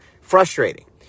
frustrating